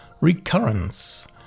Recurrence